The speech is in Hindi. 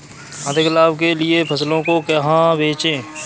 अधिक लाभ के लिए फसलों को कहाँ बेचें?